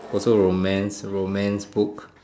also romance romance book